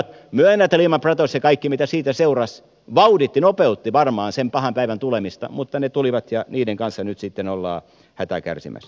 myönnän että lehman brothers ja kaikki mitä siitä seurasi varmaan vauhdittivat ja nopeuttivat sen pahan päivän tulemista mutta ne tulivat ja niiden kanssa nyt sitten ollaan hätää kärsimässä